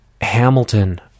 Hamilton